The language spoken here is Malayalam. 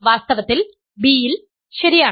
വാസ്തവത്തിൽ B യിൽ ശരിയാണ്